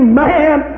man